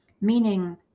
Meaning